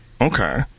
okay